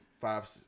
five